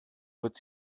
wird